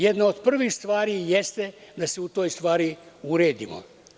Jedna od prvih stvari jeste da se u toj stvari uredimo.